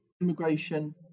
immigration